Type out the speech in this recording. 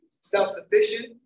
self-sufficient